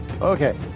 Okay